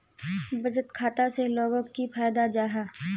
बचत खाता से लोगोक की फायदा जाहा?